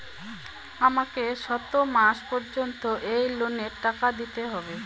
আমাকে কত মাস পর্যন্ত এই লোনের টাকা দিতে হবে?